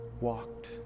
walked